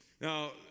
Now